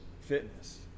fitness